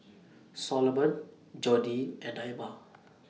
Soloman Jodi and Naima